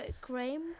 cream